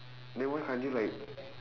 then why can't you like